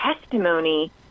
testimony